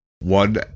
one